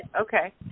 Okay